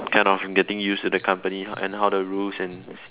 kind of getting used to the company and how the rules and